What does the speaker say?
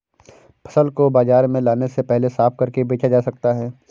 फसल को बाजार में लाने से पहले साफ करके बेचा जा सकता है?